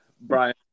Brian